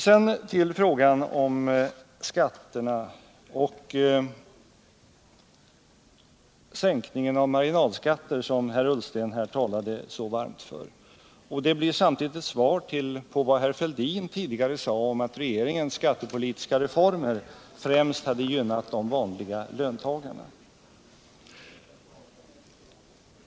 Sedan till frågan om sänkningen av marginalskatten, som Ola Ullsten talade så varmt för. Det blir samtidigt ett svar på vad Thorbjörn Fälldin tidigare sade om att regeringens skattepolitiska reformer främst skulle gynnat de vanliga löntagarna.